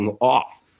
off